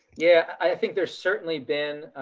yeah, i think there's certainly been,